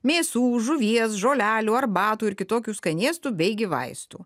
mėsų žuvies žolelių arbatų ir kitokių skanėstų beigi vaistų